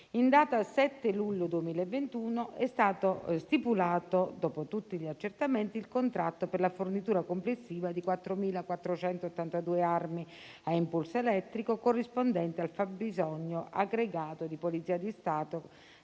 In data 7 luglio 2021, dopo tutti gli accertamenti, è stato stipulato il contratto per la fornitura complessiva di 4.482 armi a impulso elettrico, corrispondenti al fabbisogno aggregato di Polizia di Stato,